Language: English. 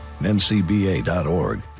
ncba.org